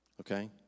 Okay